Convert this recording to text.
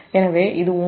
எனவே இது உங்கள் 383